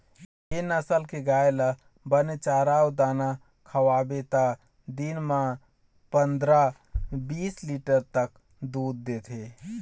ए नसल के गाय ल बने चारा अउ दाना खवाबे त दिन म पंदरा, बीस लीटर तक दूद देथे